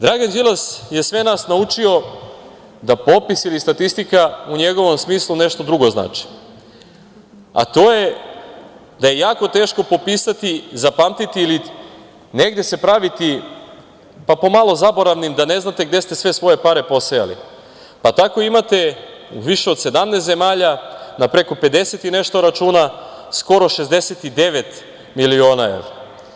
Dragan Đilas je sve nas naučio da popis ili statistika u njegovom smislu nešto drugo znači, a to je da je jako teško popisati, zapamtiti ili negde se praviti pomalo zaboravnim da ne znate gde ste sve svoje pare posejali, pa tako imate u više od 17 zemalja na preko 50 i nešto računa skoro 69 miliona evra.